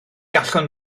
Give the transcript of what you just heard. gallwn